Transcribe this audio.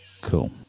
Cool